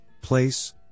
place